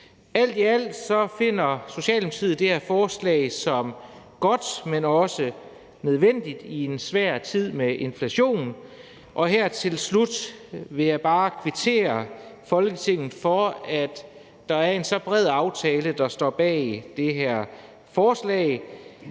Alt i alt finder Socialdemokratiet det her forslag godt, men også nødvendigt i en svær tid med inflation, og her til slut vil jeg bare kvittere over for Folketinget for, at der er en så bred aftale bag det her forslag.